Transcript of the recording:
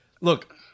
Look